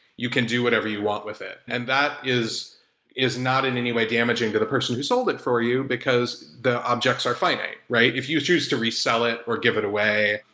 you can do whatever you want with it. and that is is not in any way damaging to the person who sold it for you because the objects are finite. if you choose to resell it or give it away,